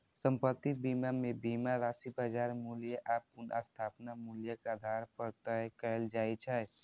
संपत्ति बीमा मे बीमा राशि बाजार मूल्य आ पुनर्स्थापन मूल्यक आधार पर तय कैल जाइ छै